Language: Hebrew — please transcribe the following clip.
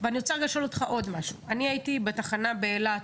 אני הייתי בתחנה באילת,